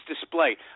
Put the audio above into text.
display